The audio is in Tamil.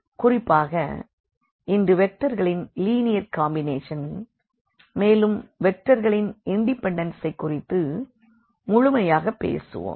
குறிப்பாக இன்று வெக்டர்களின் லீனியர் காம்பினேஷன் மேலும் வெக்டர்களின் இண்டிபென்டன்ஸைக் குறித்து முழுமையாய்ப் பேசுவோம்